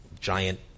Giant